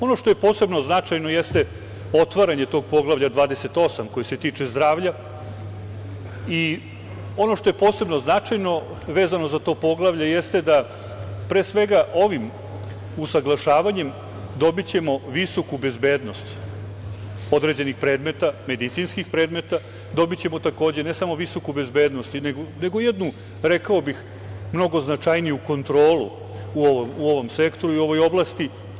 Ono što je posebno značajno jeste otvaranje tog poglavlja 28 koji se tiče zdravlja i ono što je posebno značajno, vezano za to poglavlje, jeste da ćemo ovim usaglašavanjem dobiti visoku bezbednost određenih predmeta, medicinskih predmeta, dobićemo, takođe, ne samo visoku bezbednost, nego jednu, rekao bih, jednu mnogo značajniju kontrolu u ovom sektoru, u ovoj oblasti.